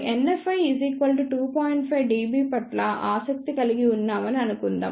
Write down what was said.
5 dB పట్ల ఆసక్తి కలిగి ఉన్నామని అనుకుందాం